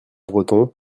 breton